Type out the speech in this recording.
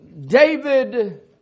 David